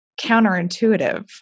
counterintuitive